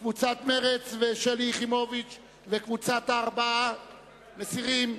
קבוצת מרצ ושלי יחימוביץ וקבוצת הארבעה, מסירים.